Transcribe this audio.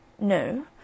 No